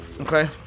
Okay